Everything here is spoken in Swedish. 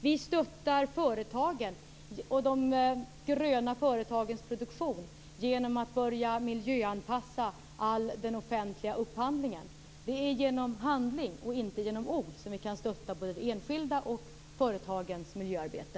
Vi stöttar företagen och de gröna företagens produktion genom att börja miljöanpassa all den offentliga upphandlingen. Det är genom handling och inte genom ord som vi kan stötta både enskildas och företagens miljöarbete.